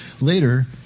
later